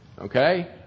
Okay